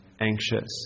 anxious